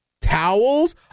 towels